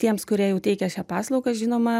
tiems kurie jau teikia šią paslaugą žinoma